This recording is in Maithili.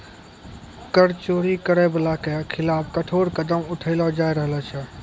कर चोरी करै बाला के खिलाफ कठोर कदम उठैलो जाय रहलो छै